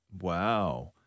Wow